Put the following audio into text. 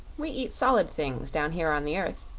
we eat solid things, down here on the earth.